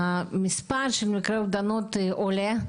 המספר של מספרי האובדנות עולה.